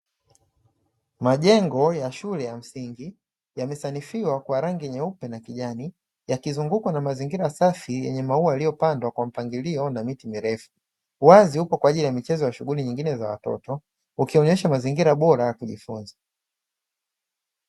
Majengo ya shule ya msingi yamesanifiwa kwa rangi nyeupe na kijani, yakizungukwa na mazingira safi yenye maua yaliyopandwa kwa mpangilio na miti mirefu. Uwazi upo kwa ajili ya michezo na shughuli nyingine za watoto, ukionyesha mazingira bora ya kujifunza.